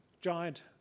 giant